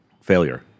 failure